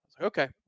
Okay